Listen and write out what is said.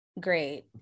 great